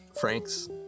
Frank's